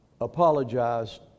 apologized